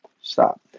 Stop